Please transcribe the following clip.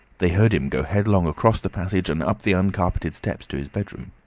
they heard him go headlong across the passage and up the uncarpeted stairs to his bedroom.